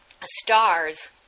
stars